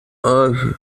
کارهایی